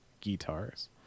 guitars